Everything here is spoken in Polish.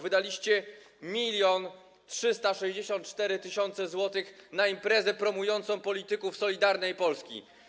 Wydaliście 1364 tys. zł na imprezę promującą polityków Solidarnej Polski.